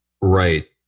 Right